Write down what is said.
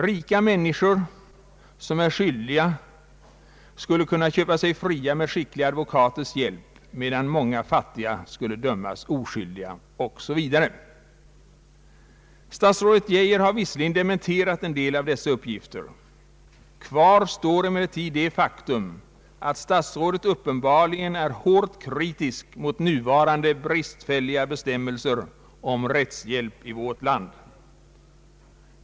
Rika människor som är skyldiga skulle kunna köpa sig fria med skickliga advokaters hjälp, medan många fattiga skulle dömas oskyldiga o.s.v. Statsrådet Geijer har visserligen dementerat en del av dessa uppgifter. Kvar står emellertid det faktum att statsrådet uppenbarligen är starkt kritisk mot nuvarande bristfälliga bestämmelser om rättshjälp i vårt land.